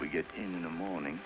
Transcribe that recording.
we get in the morning